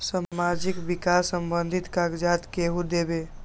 समाजीक विकास संबंधित कागज़ात केहु देबे?